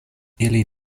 ili